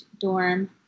dorm